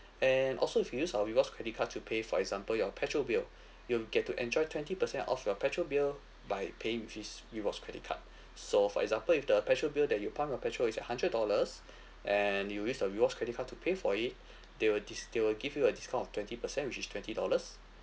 and also if you use our rewards credit card to pay for example your petrol bill you'll get to enjoy twenty percent off your petrol bill by paying with this rewards credit card so for example if the petrol bill that you pump your petrol is at hundred dollars and you use your rewards credit card to pay for it they will dis~ they will give you a discount of twenty percent which is twenty dollars